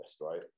right